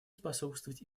способствовать